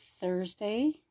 Thursday